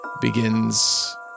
Begins